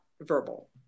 verbal